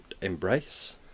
embrace